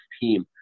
team